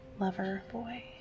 Loverboy